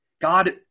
God